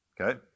okay